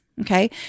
Okay